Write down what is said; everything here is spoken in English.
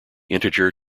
integer